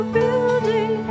building